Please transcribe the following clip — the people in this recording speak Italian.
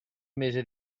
mese